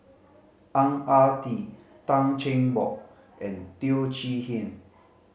Ang Ah Tee Tan Cheng Bock and Teo Chee Hean